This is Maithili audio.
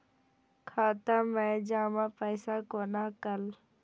खाता मैं जमा पैसा कोना कल